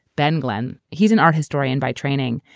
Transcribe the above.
ben glenn. he's an art historian by training,